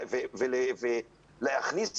ולהכניס